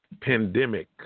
pandemic